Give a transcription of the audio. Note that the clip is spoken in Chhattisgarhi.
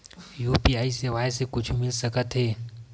यू.पी.आई सेवाएं से कुछु मिल सकत हे?